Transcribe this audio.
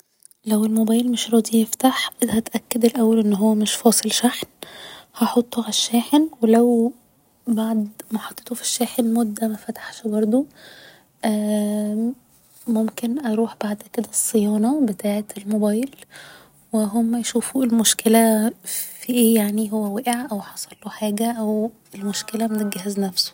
لو الموبايل مش راضي يفتح هتأكد الأول انه هو مش فاصل شحن هحطه على الشاحن و لو بعد ما حطيته في الشاحن مدة مفتحش برضه ممكن اروح بعد كده الصيانة بتاعة الموبايل و هما يشوفوا ايه المشكلة في ايه يعني هو وقع او حصله حاجة او المشكلة من الجهاز نفسه